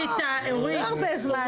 לא הרבה זמן תמשיכי.